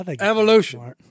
Evolution